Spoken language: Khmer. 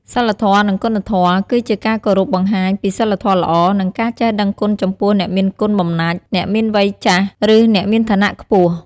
សីលធម៌ និងគុណធម៌គឺជាការគោរពបង្ហាញពីសីលធម៌ល្អ និងការចេះដឹងគុណចំពោះអ្នកមានគុណបំណាច់ អ្នកមានវ័យចាស់ ឬអ្នកមានឋានៈខ្ពស់។